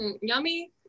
yummy